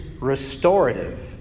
restorative